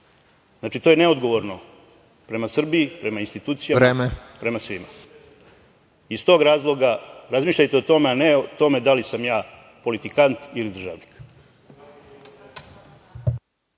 to je neodgovorno prema Srbiji, prema institucijama, prema svima. Iz tog razloga razmišljajte o tome, a ne o tome da li sam ja politikant ili državnik.